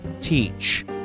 teach